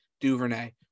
Duvernay